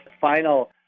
final